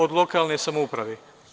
Od lokalnih samouprava.